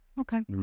Okay